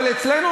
אבל אצלנו,